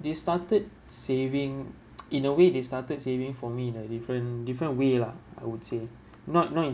they started saving in a way they started saving for me in a different different way lah I would say not no in